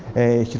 a